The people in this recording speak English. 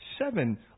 seven